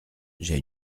j’ai